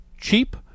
cheap